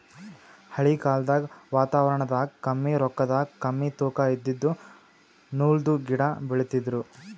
ಹಳಿ ಕಾಲ್ದಗ್ ವಾತಾವರಣದಾಗ ಕಮ್ಮಿ ರೊಕ್ಕದಾಗ್ ಕಮ್ಮಿ ತೂಕಾ ಇದಿದ್ದು ನೂಲ್ದು ಗಿಡಾ ಬೆಳಿತಿದ್ರು